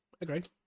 Agreed